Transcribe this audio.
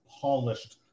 polished